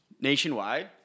Nationwide